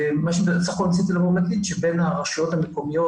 בסך הכול רציתי להגיד שבין הרשויות המקומיות